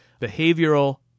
behavioral